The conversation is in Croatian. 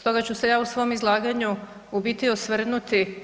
Stoga ću se ja u svom izlaganju u biti osvrnuti